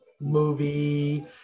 movie